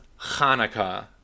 Hanukkah